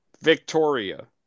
Victoria